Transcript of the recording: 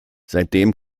seitdem